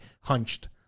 hunched